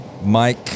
Mike